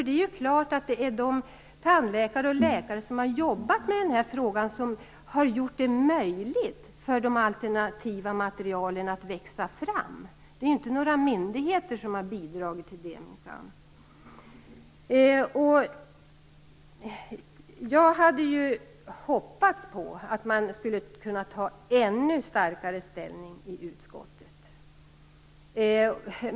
Det är självfallet de tandläkare och läkare som har jobbat med den här frågan som har gjort det möjligt för de alternativa materialen att växa fram. Det är inte några myndigheter som har bidragit till det, minsann. Jag hade hoppats på att utskottet ännu starkare skulle ta ställning.